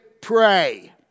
Pray